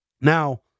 Now